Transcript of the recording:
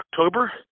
October